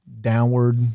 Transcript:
downward